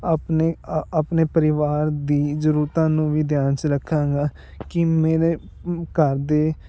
ਆਪਣੇ ਆਪਣੇ ਪਰਿਵਾਰ ਦੀ ਜ਼ਰੂਰਤਾਂ ਨੂੰ ਵੀ ਧਿਆਨ 'ਚ ਰੱਖਾਂਗਾ ਕਿ ਮੇਰੇ ਘਰ ਦੇ